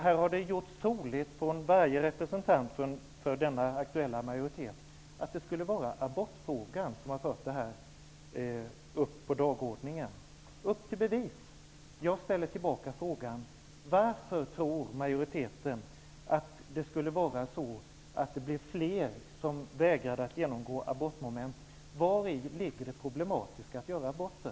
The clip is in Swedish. Här har det gjorts troligt av varje representant för den aktuella majoriteten att det skulle vara abortfrågan som har fört frågan om samvetsklausul upp på dagordningen. Upp till bevis! Jag ställer då frågorna: Varför tror majoriteten att det skulle bli fler som skulle vägra genomgå abortmoment i undervisningen? Vari ligger det problematiska i att göra aborter?